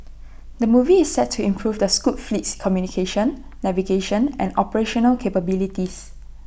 the movie is set to improve the scoot fleet's communication navigation and operational capabilities